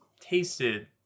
tasted